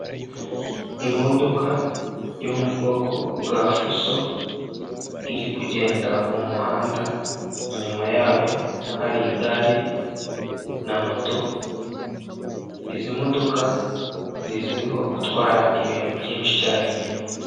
Imodoka yo mubwoko bwa fuso iri kugenda mumuhanda inyuma yayo hari igare na moto, izi modoka zizwiho gutwara ibintu byinshi cyarimwe.